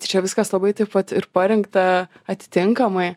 čia viskas labai taip vat ir parinkta atitinkamai